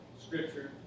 Scripture